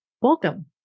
Welcome